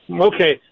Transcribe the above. Okay